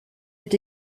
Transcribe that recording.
est